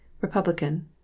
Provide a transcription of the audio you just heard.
Republican